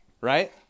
right